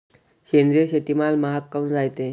सेंद्रिय शेतीमाल महाग काऊन रायते?